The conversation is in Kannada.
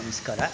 ನಮಸ್ಕಾರ